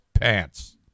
pants